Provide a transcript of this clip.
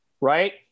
right